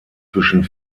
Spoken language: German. zwischen